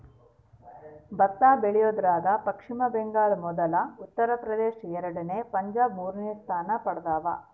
ಭತ್ತ ಬೆಳಿಯೋದ್ರಾಗ ಪಚ್ಚಿಮ ಬಂಗಾಳ ಮೊದಲ ಉತ್ತರ ಪ್ರದೇಶ ಎರಡನೇ ಪಂಜಾಬ್ ಮೂರನೇ ಸ್ಥಾನ ಪಡ್ದವ